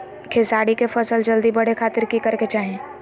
खेसारी के फसल जल्दी बड़े के खातिर की करे के चाही?